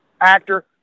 actor